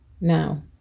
now